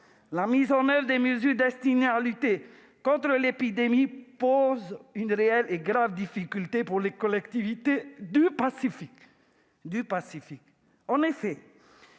la mise en oeuvre des mesures destinées à lutter contre l'épidémie pose une réelle et grave difficulté pour les collectivités du Pacifique. En effet,